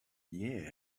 yeah